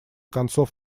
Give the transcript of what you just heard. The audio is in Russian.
концов